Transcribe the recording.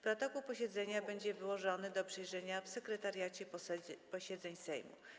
Protokół posiedzenia będzie wyłożony do przejrzenia w Sekretariacie Posiedzeń Sejmu.